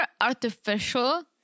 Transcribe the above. artificial